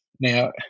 Now